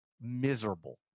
Miserable